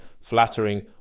flattering